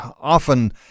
often